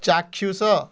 ଚାକ୍ଷୁଷ